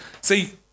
See